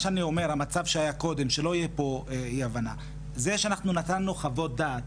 המצב שהיה קודם שלא תהיה פה אי הבנה זה שנתנו חוות דעת,